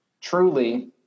truly